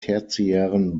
tertiären